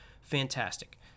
Fantastic